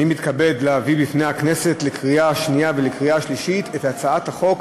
אני מתכבד להביא לפני הכנסת לקריאה שנייה ולקריאה שלישית את הצעת חוק